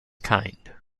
kind